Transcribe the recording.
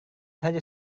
saja